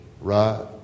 right